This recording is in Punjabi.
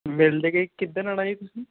ਮਿਲ ਜਾਏਗਾ ਜੀ ਕਿਸ ਦਿਨ ਆਉਣਾ ਜੀ ਤੁਸੀਂ